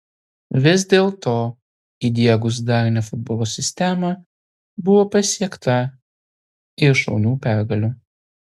vis dėlto įdiegus darnią futbolo sistemą buvo pasiekta ir šaunių pergalių